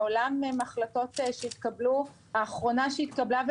האחרונה שהתקבלה,